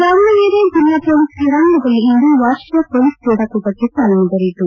ದಾವಣಗೆರೆ ಜಿಲ್ಲಾ ಪೊಲೀಸ್ ಕ್ರೀಡಾಂಗಣದಲ್ಲಿ ಇಂದು ವಾರ್ಷಿಕ ಪೊಲೀಸ್ ಕ್ರೀಡಾ ಕೂಟಕ್ಕೆ ಚಾಲನೆ ದೊರೆಯಿತು